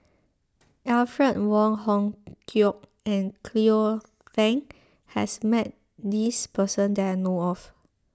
Alfred Wong Hong Kwok and Cleo Thang has met this person that I know of